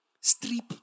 Strip